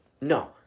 No